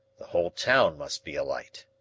the whole town must be alight.